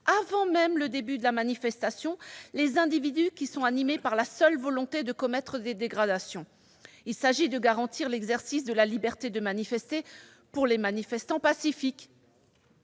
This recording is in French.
avant même le début de la manifestation, les individus animés par la seule volonté de commettre des dégradations. Il s'agit de garantir l'exercice de la liberté de manifester pour les manifestants pacifiques.